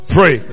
Pray